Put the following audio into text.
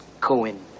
Cohen